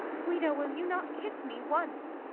guido, will you not kiss me once?